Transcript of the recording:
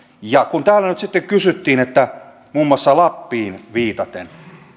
ja kun täällä nyt sitten kysyttiin muun muassa lappiin viitaten